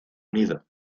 unido